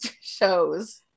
shows